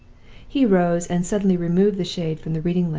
he rose, and suddenly removed the shade from the reading-lamp,